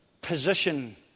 position